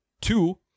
Two